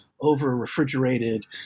over-refrigerated